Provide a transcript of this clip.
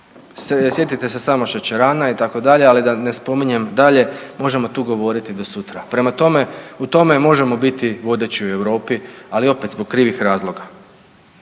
Sjetite se samo šećerana itd. ali da ne spominjem dalje. Možemo tu govoriti do sutra. Prema tome u tome možemo biti vodeći u Europi, ali opet zbog krivih razloga.